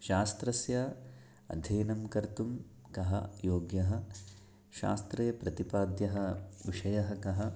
शास्त्रस्य अध्ययनं कर्तुं कः योग्यः शास्त्रे प्रतिपाद्यः विषयः कः